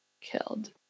killed